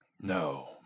No